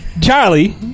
Charlie